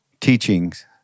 teachings